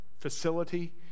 facility